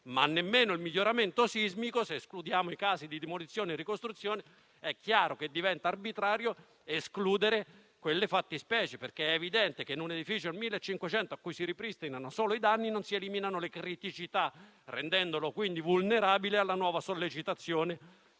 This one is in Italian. né il miglioramento sismico - se escludiamo i casi di demolizione e ricostruzione - è chiaro che diventa arbitrario escludere quelle fattispecie. È evidente, infatti, che in un edificio del 1500 a cui si ripristinano solo i danni non si eliminano le criticità, rendendolo quindi vulnerabile alla nuova sollecitazione.